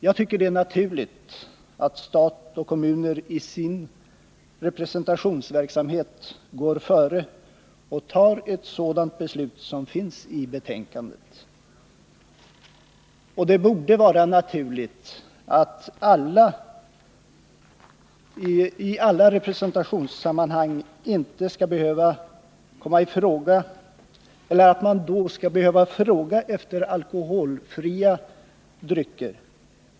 Jag tycker det är naturligt att staten och kommunerna i sin representationsverksamhet går före och fattar ett sådant beslut som det finns förslag om i betänkandet. Och det borde vara naturligt att man i alla representationssammanhang inte skall behöva fråga efter alkoholfria drycker.